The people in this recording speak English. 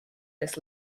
this